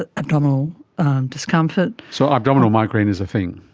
ah abdominal discomfort. so abdominal migraine is a thing?